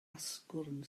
asgwrn